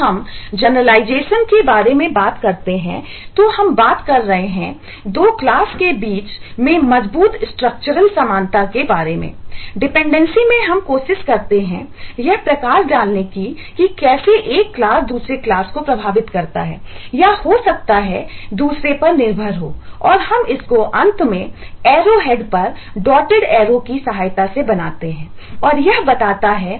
जब हम जनरलाइजेशन पर निर्भर है